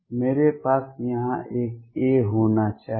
मेरे पास यहाँ एक a होना चाहिए